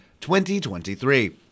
2023